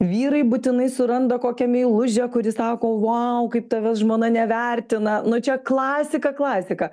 vyrai būtinai suranda kokią meilužę kuri sako vau kaip tavęs žmona nevertina nu čia klasika klasika